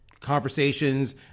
conversations